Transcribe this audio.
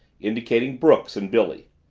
indicating brooks and billy.